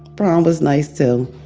prom was nice, too.